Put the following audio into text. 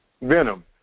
Venom